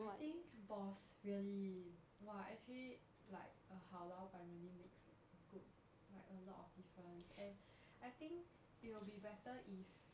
I think boss really !wah! every like a 好老板 really makes a good like a lot of difference and I think it will be better if